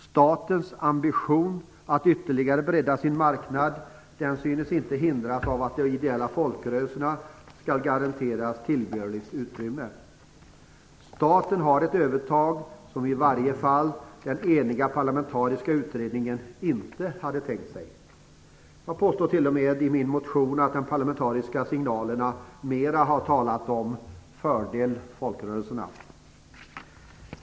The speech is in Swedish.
Statens ambition att ytterligare bredda sin marknad synes inte hindras av att de ideella folkrörelserna skall garanteras tillbörligt utrymme. Staten har ett övertag som i varje fall den eniga parlamentariska utredningen inte hade tänkt sig. Jag påstår t.o.m. i min motion att de parlamentariska signalerna mera har talat om "fördel folkrörelserna".